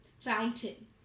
Fountain